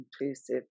inclusive